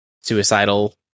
suicidal